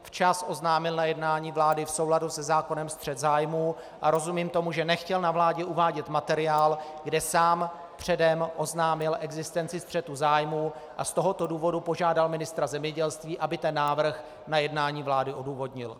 Včas oznámil na jednání vlády v souladu se zákonem střet zájmů a rozumím tomu, že nechtěl na vládě uvádět materiál, kde sám předem oznámil existenci střetu zájmů, a z tohoto důvodu požádal ministra zemědělství, aby návrh na jednání vlády odůvodnil.